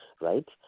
right